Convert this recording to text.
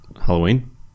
Halloween